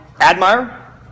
Admire